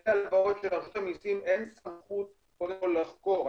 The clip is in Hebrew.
אלה עבירות שלרשות המסים אין סמכות קודם כל לחקור,